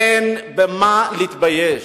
אין במה להתבייש.